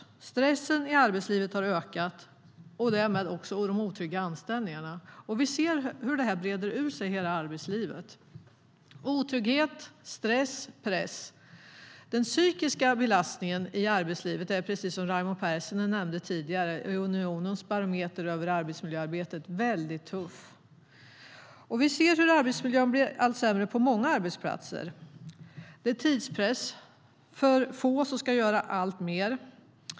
Stressen i arbetslivet har ökat, och det har också de otrygga anställningarna gjort. Vi ser hur det här breder ut sig i hela arbetslivet - otrygghet, stress och press. Precis som Raimo Pärssinen tidigare nämnde är den psykiska belastningen i arbetslivet väldigt tuff, enligt Unionens barometer över arbetsmiljöarbetet. Vi ser hur arbetsmiljön blir allt sämre på många arbetsplatser. Det är tidspress och för få som ska göra allt mer.